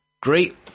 great